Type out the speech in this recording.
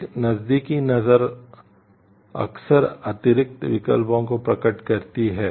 एक नज़दीकी नज़र अक्सर अतिरिक्त विकल्पों को प्रकट करती है